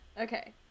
okay